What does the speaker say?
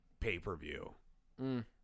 pay-per-view